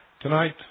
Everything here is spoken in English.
Tonight